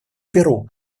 перу